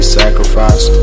sacrifice